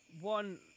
one